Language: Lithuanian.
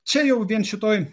čia jau vien šitoj